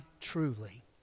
truly